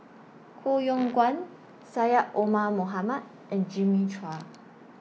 Koh Yong Guan Syed Omar Mohamed and Jimmy Chua